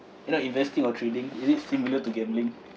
you know investing or trading is it similar to gambling